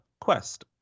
Quest